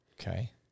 Okay